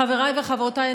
חבריי וחברותיי,